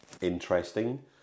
interesting